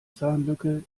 zahnlücke